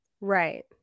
Right